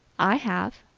i have.